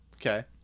Okay